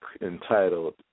entitled